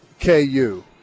KU